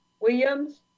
Williams